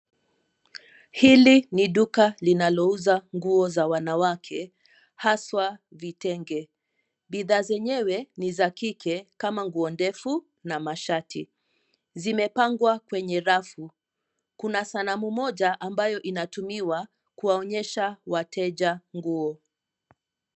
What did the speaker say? Hili ni duka linalouza nguo za wanawake haswa vitenge. Bidhaa zenyewe ni za kike kama nguo ndefu na mashati. Zimepangwa kwenye rafu. Kuna sanamu moja ambayo inatumiwa kuwaonyesha wateja nguo.